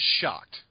shocked